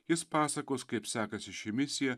jis pasakos kaip sekasi ši misija